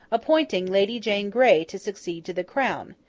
appointing lady jane grey to succeed to the crown,